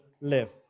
live